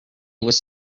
was